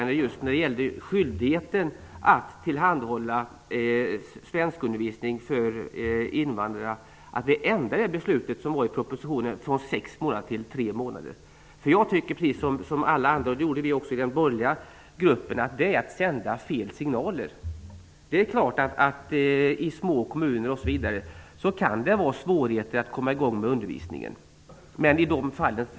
De gäller skyldigheten att tillhandahålla svenskundervisning för invandrare. Vi ändrar förslaget i propositionen från sex månader till tre månader. Vi i den borgerliga gruppen tycker, precis som alla andra, att det är att sända fel signaler. Det är klart att det kan finnas svårigheter att komma i gång med undervisningen i små kommuner.